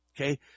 okay